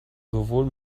sowohl